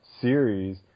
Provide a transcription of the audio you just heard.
series